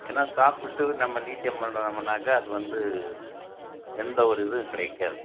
ஏன்னா சாப்பிட்டு நம்ம நீச்சம் பண்ணுறோமுன்னாக்கா அது வந்து எந்த ஒரு இதுவும் கிடைக்காது